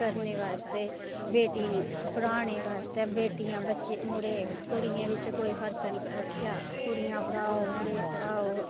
करने आस्तै बेटियें गी पढ़ाने आस्तै मुड़ें कुड़ियें बिच कोई फर्क नीं रक्खेआ कुड़ियां पढ़ाओ मुडे़ पढ़ाओ